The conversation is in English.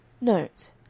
Note